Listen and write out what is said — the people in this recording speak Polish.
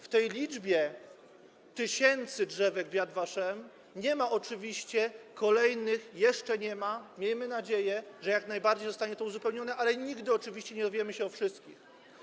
W tej liczbie tysięcy drzewek w Yad Vashem nie ma oczywiście kolejnych, jeszcze nie ma, miejmy nadzieję, że jak najbardziej zostanie to uzupełnione, ale nigdy oczywiście nie dowiemy się o wszystkich.